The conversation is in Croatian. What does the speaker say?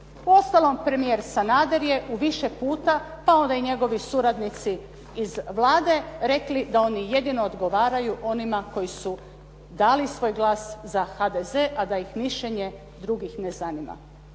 Uostalom premijer Sanader je u više puta, pa onda i njegovi suradnici iz Vlade rekli da oni jedino odgovaraju onima koji su dali svoj glas za HDZ, a da ih mišljenje drugih ne zanima.